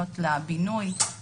כבר בדיון הקודם דיברנו על כך שמדי